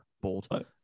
bold